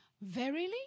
Verily